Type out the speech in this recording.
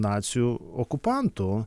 nacių okupantų